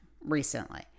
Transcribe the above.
recently